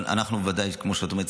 אבל כמו שאת אומרת,